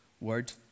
Word